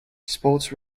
sports